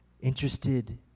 interested